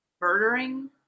murdering